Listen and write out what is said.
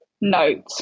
note